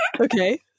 Okay